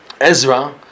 Ezra